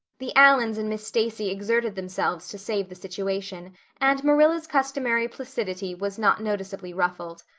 the allans and miss stacy exerted themselves to save the situation and marilla's customary placidity was not noticeably ruffled.